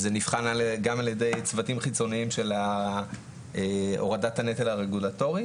זה נבחן גם על ידי צוותים חיצוניים של הורדת הנטל הרגולטורי